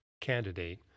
candidate